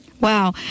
Wow